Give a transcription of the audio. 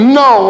no